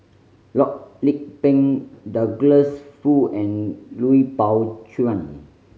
Loh Lik Peng Douglas Foo and Lui Pao Chuen